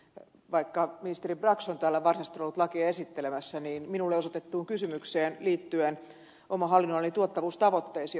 vaikka ministeri brax on täällä varsinaisesti ollut lakia esittelemässä niin minulle osoitettuun kysymykseen liittyen oman hallinnonalani tuottavuustavoitteisiin jonka ed